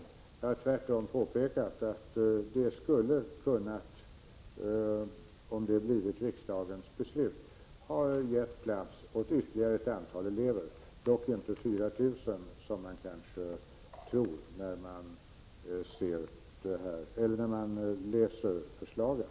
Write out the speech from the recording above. Jag har tvärtom påpekat att det — om det blivit riksdagens beslut — hade kunnat ge plats åt ytterligare ett antal elever, dock inte 4 000 som man kanske kan tro när man läser förslaget.